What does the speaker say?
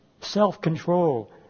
self-control